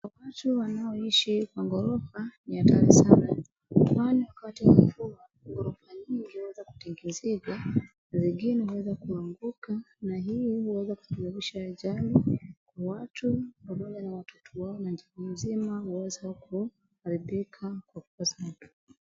Watu wanaoishi kwa gorofa ni hatari sana kwani wakati wa mvua gorofa nyingi huweza kutingizika, zingine huweza kuanguka, na hii huweza kusababisha ajali kwa watu pamoja na watoto wao na jamii nzima huweza kuharibika kwa kukosa watu.